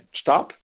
stop